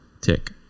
tick